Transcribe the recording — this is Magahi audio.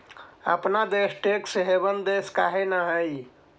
अपन देश टैक्स हेवन देश काहे न हई?